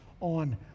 On